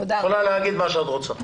יכולה לומר מה שאת רוצה.